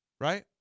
right